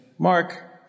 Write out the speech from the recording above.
Mark